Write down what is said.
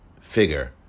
figure